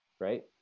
right